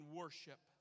worship